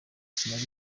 sinari